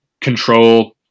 control